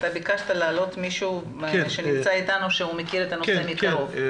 אתה ביקשת לשמוע מישהו שנמצא אתנו שמכיר את הנושא מקרוב.